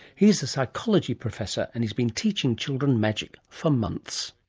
he's a psychology professor and he's been teaching children magic for months.